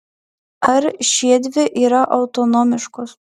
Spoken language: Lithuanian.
ar šiedvi yra autonomiškos